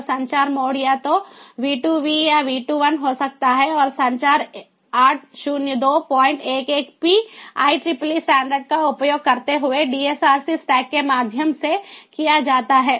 तो संचार मोड या तो V2V या V2I हो सकता है और संचार 80211p IEEE स्टैंडर्ड का उपयोग करते हुए DSRC स्टैक के माध्यम से किया जाता है